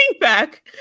back